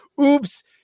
oops